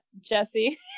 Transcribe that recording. Jesse